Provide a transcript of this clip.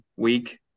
Week